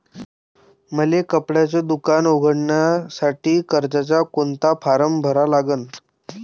मले कपड्याच दुकान उघडासाठी कर्जाचा कोनचा फारम भरा लागन?